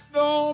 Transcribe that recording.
no